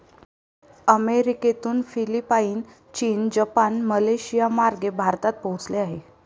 अमेरिकेतून फिलिपाईन, चीन, जपान, मलेशियामार्गे भारतात पोहोचले आहे